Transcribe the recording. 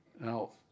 Now